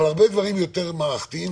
אבל הרבה דברים יותר מערכתיים.